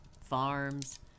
farms